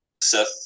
Seth